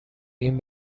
این